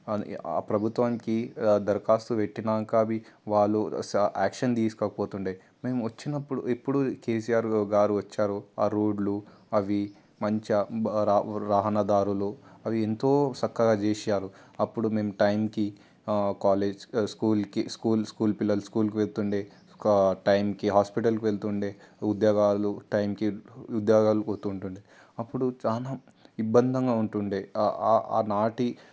అని ఆ ప్రభుత్వానికి దరఖాస్తు పెట్టినాక అవి వాళ్ళు స యాక్షన్ తీసుకోకపోతుండే మేము వచ్చినప్పుడు ఎప్పుడు కేసీఆర్ గారు వచ్చారు ఆ రోడ్లు అవి మంచిగా రహదారులు అది ఎంతో చక్కగా చేశారు అప్పుడు మేము టైంకి కాలేజ్ స్కూల్కి స్కూల్ పిల్లలు స్కూల్కి వెళ్తుండే టైంకి హాస్పిటల్కి వెళ్తుండే ఉద్యోగాలు టైంకి ఉద్యోగాలు పోతుంటుండే అప్పుడు చాలా ఇబ్బందిగా ఉంటుండే ఆనాటి